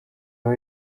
aho